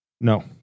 No